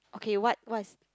okay what what is